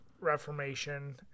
reformation